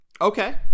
Okay